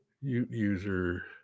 User